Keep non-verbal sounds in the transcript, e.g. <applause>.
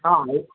ஆமாம் <unintelligible>